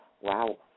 Wow